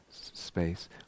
space